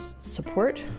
support